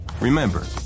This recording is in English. Remember